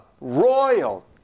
royal